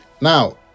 Now